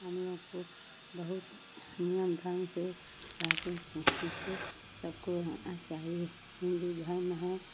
हमलोग को बहुत नियम धर्म से रहते थे इसको सबको रहना चाहिए हिन्दू धर्म है